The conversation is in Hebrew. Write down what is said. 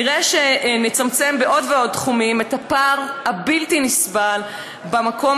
נראה שנצמצם בעוד ועוד תחומים את הפער הבלתי-נסבל במקום